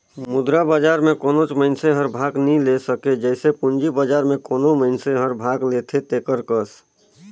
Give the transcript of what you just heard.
मुद्रा बजार में कोनोच मइनसे हर भाग नी ले सके जइसे पूंजी बजार में कोनो मइनसे हर भाग लेथे तेकर कस